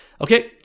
Okay